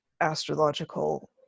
astrological